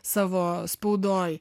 savo spaudoj